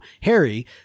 harry